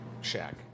shack